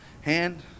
hand